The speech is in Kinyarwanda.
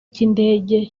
cy’indege